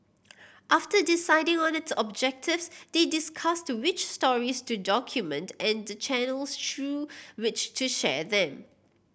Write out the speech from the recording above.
after deciding on its objectives they discussed which stories to document and the channels through which to share them